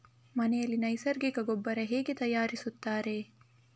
ಮನೆಯಲ್ಲಿ ನೈಸರ್ಗಿಕ ಗೊಬ್ಬರ ಹೇಗೆ ತಯಾರಿಸುತ್ತಾರೆ?